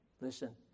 Listen